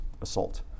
assault